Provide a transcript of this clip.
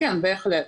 כן בהחלט.